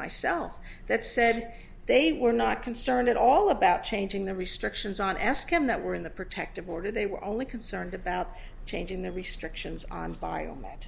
myself that said they were not concerned at all about changing the restrictions on ask him that were in the protective order they were only concerned about changing the restrictions on biomet